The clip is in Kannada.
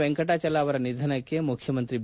ವೆಂಕಟಾಚಲ ಅವರ ನಿಧನಕ್ಕೆ ಮುಖ್ಯಮಂತ್ರಿ ಬಿ